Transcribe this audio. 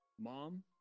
mom